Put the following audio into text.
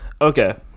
okay